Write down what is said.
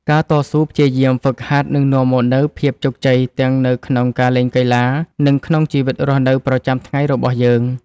ការតស៊ូព្យាយាមហ្វឹកហាត់នឹងនាំមកនូវភាពជោគជ័យទាំងនៅក្នុងការលេងកីឡា និងក្នុងជីវិតរស់នៅប្រចាំថ្ងៃរបស់យើង។